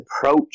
approach